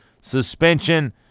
suspension